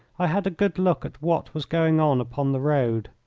i had a good look at what was going on upon the road.